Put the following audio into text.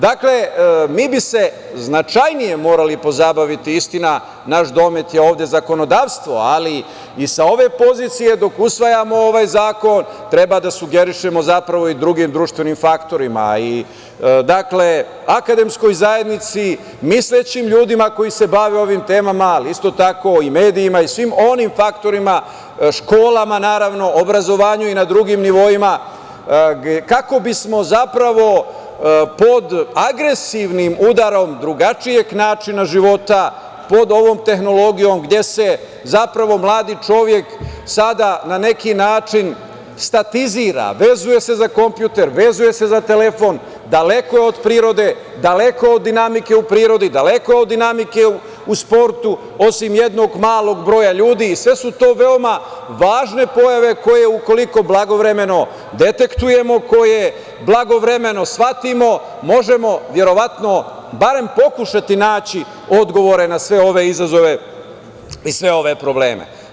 Dakle, mi bismo se značajnije morali pozabaviti, istina, naš domet je ovde zakonodavstvo i sa ove pozicije dok usvajamo ovaj zakon treba da sugerišemo zapravo i drugim društvenim faktorima i akademskoj zajednici, mislećim ljudima koji se bave ovim temama, ali isto tako i medijima i svim onim faktorima, školama, naravno, obrazovanju i na drugim nivoima kako bismo, zapravo, pod agresivnim udarom drugačijeg načina života, pod ovom tehnologijom, gde se zapravo mladi čovek, sada na neki način statizira, vezuje se za kompjuter, vezuje se za telefon, daleko je od prirode, daleko je od dinamike u prirodi, daleko je od dinamike u sportu, osim jednog malog broja ljudi i sve su to veoma važne pojave koje ukoliko blagovremeno detektujemo, koje blagovremeno shvatimo možemo verovatno barem pokušati naći odgovore na sve ove izazove i sve ove probleme.